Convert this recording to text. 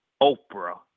Oprah